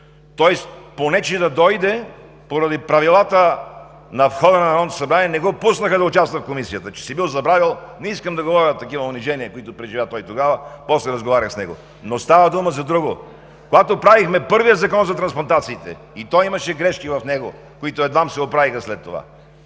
Той понечи да дойде, но поради правилата, на входа на Народното събрание не го пуснаха да участва в Комисията, защото си бил забравил… Не искам да говоря какви унижения преживя той тогава – после разговарях с него. Тук става дума за друго. Когато правихме първия закон за трансплантациите и в него имаше грешки, които едва се оправиха след това,